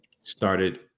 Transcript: started